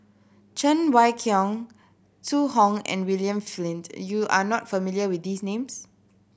Cheng Wai Keung Zhu Hong and William Flint you are not familiar with these names